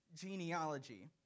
genealogy